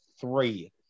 three